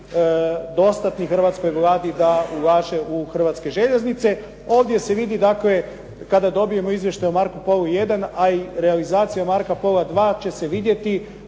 dostatni hrvatskoj Vladi da ulaže u Hrvatske željeznice. Ovdje se vidi dakle kada dobijemo izvještaj o "Marcu Polu I" a i realizacija "Marca Pola II" će se vidjeti